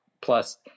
Plus